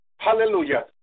hallelujah